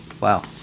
Wow